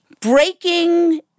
breaking